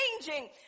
changing